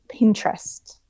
pinterest